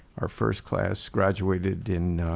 our first class graduated in